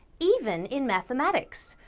even in mathematics.